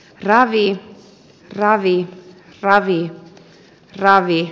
ravi ravi ravi ravi